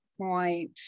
point